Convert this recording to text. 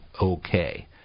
okay